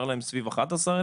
אושר להם סביב 11,000,